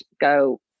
go